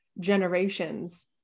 generations